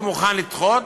הוא מוכן לדחות,